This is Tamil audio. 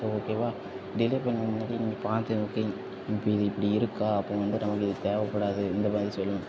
ஸோ ஓகேவா டிலே பண்ணாத மாரி நீங்கள் பார்த்து ஓகே இப்போ இது இப்படி இருக்கா அப்போ வந்து நமக்கு இது தேவைப்படாது இந்த மாரி சொல்லுங்கள்